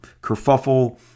kerfuffle